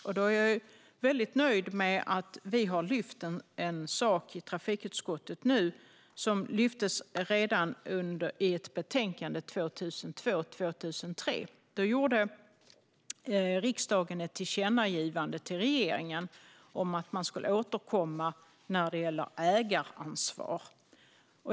Jag är väldigt nöjd med att vi har lyft en sak i trafikutskottet nu som lyftes redan i ett betänkande 2002-2003. Då gjorde riksdagen ett tillkännagivande till regeringen om att återkomma gällande ägaransvar.